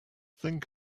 think